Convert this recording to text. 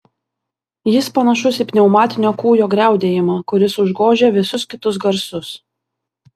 jis panašus į pneumatinio kūjo griaudėjimą kuris užgožia visus kitus garsus